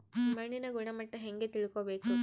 ಮಣ್ಣಿನ ಗುಣಮಟ್ಟ ಹೆಂಗೆ ತಿಳ್ಕೊಬೇಕು?